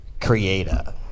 creator